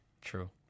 True